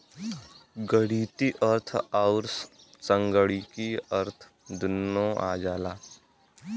गणीतीय अर्थ अउर संगणकीय अर्थ दुन्नो आ जाला